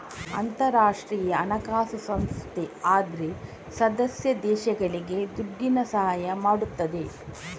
ಅಂತಾರಾಷ್ಟ್ರೀಯ ಹಣಕಾಸು ಸಂಸ್ಥೆ ಅದ್ರ ಸದಸ್ಯ ದೇಶಗಳಿಗೆ ದುಡ್ಡಿನ ಸಹಾಯ ಮಾಡ್ತದೆ